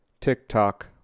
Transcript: TikTok